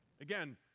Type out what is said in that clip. Again